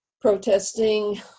protesting